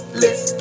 list